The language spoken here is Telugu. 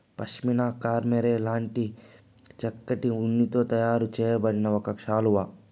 పష్మీనా కష్మెరె లాంటి చక్కటి ఉన్నితో తయారు చేయబడిన ఒక శాలువా